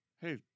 hey